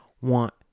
want